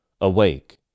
Awake